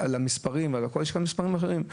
שהובאו בפני הוועדה, ויש גם מספרים אחרים.